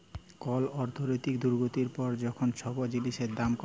call অর্থলৈতিক দুর্গতির পর যখল ছব জিলিসের দাম কমে